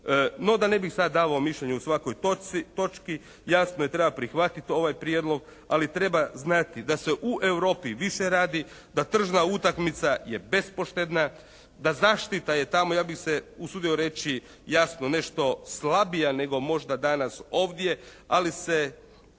No da ne bi sada davao mišljenje o svakoj točki jasno je treba prihvatiti ovaj prijedlog, ali treba znati da se u Europi više radi, da tržna utakmica je bespoštedna, da zaštita je tamo ja bih se usudio reći jasno nešto slabija nego možda danas ovdje ali se